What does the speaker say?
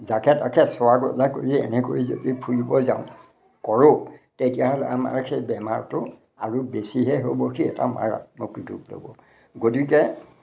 যাকে তাকে চোৱা গজা কৰি এনেকৈ যদি ফুৰিব যাওঁ কৰোঁ তেতিয়াহ'লে আমাৰ সেই বেমাৰটো আৰু বেছিহে হ'ব সি এটা মাৰাত্মক ৰূপ ল'ব গতিকে